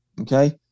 Okay